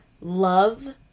love